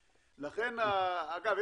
אגב,